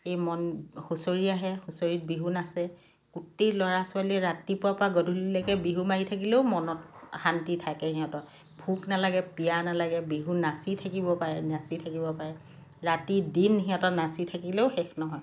সেই মন হুঁচৰি আহে হুঁচৰিত বিহু নাচে গোটেই ল'ৰা ছোৱালী ৰাতিপুৱাৰ পৰা গধূলিলৈকে বিহু মাৰি থাকিলেও মনত শান্তি থাকে সিহঁতৰ ভোক নালাগে পিয়াহ নালাগে বিহু নাচি থাকিব পাৰে নাচি থাকিব পাৰে ৰাতি দিন সিহঁতৰ নাচি থাকিলেও শেষ নহয়